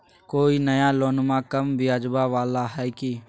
कोइ नया लोनमा कम ब्याजवा वाला हय की?